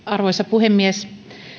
arvoisa puhemies